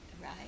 right